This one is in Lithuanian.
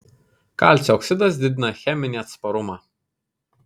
kalcio oksidas didina cheminį atsparumą